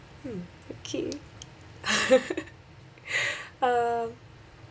mm okay uh